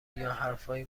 یاحرفایی